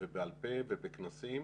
ובעל-פה ובכנסים